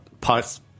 parts